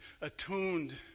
attuned